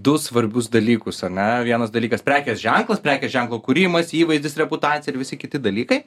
du svarbius dalykus ane vienas dalykas prekės ženklas prekės ženklo kūrimas įvaizdis reputacija ir visi kiti dalykai